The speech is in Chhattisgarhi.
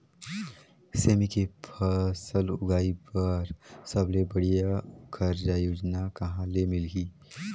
सेमी के फसल उगाई बार सबले बढ़िया कर्जा योजना कहा ले मिलही?